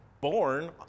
born